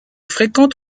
fréquente